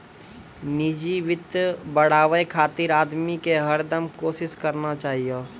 निजी वित्त बढ़ाबे खातिर आदमी के हरदम कोसिस करना चाहियो